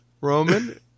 Roman